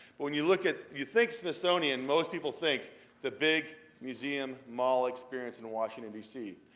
but when you look at you think smithsonian, most people think the big museum mall experience in washington d c,